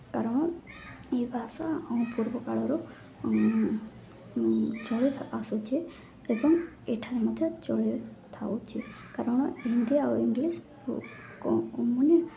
କାରଣ ଏ ଭାଷା ଆମ ପୂର୍ବ କାଳରୁ ଚଳିଆସୁଛି ଏବଂ ଏଠାରେ ମଧ୍ୟ ଚଳିଥାଉଛି କାରଣ ହିନ୍ଦୀ ଆଉ ଇଂଲିଶ୍ ମାନେ